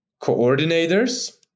Coordinators